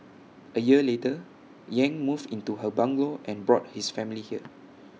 A year later yang moved into her bungalow and brought his family here